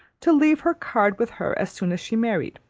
to leave her card with her as soon as she married.